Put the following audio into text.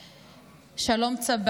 הנופלים שנפלו במבצע חרבות ברזל: שלום צבאן,